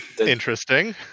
interesting